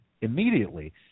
immediately